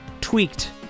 tweaked